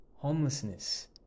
Homelessness